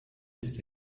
ist